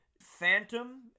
phantom